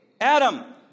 Adam